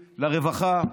לרווחה,